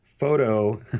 Photo